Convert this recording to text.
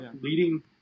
leading